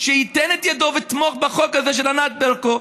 שייתן את ידו ויתמוך בחוק הזה של ענת ברקו,